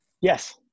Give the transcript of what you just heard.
yes